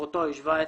משכורתו היא 17